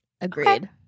Agreed